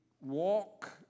walk